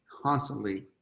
constantly